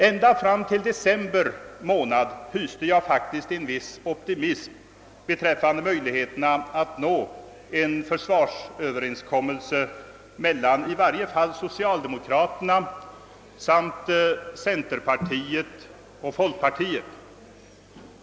Ända fram till december månad hyste jag faktiskt en viss optimism beträffande möjligheterna att nå en försvarsöverenskommelse mellan i varje fall socialdemokraterna, centerpartiet och folkpartiet.